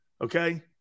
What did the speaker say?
Okay